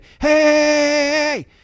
Hey